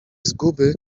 zguby